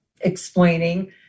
Explaining